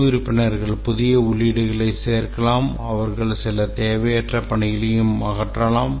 குழு உறுப்பினர்கள் புதிய உள்ளீடுகளைச் சேர்க்கலாம் அவர்கள் சில தேவையற்ற பணிகளையும் அகற்றலாம்